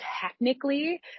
technically